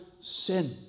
sin